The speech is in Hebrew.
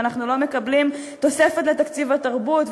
ואנחנו לא מקבלים תוספת לתקציב התרבות,